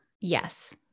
Yes